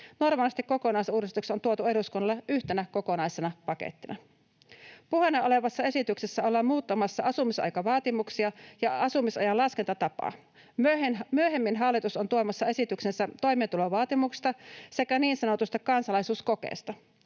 Normaalisti kokonaisuudistukset on tuotu eduskunnalle yhtenä kokonaisena pakettina. Puheena olevassa esityksessä ollaan muuttamassa asumisaikavaatimuksia ja asumisajan laskentatapaa. Myöhemmin hallitus on tuomassa esityksensä toimeentulovaatimuksesta sekä niin sanotusta kansalaisuuskokeesta.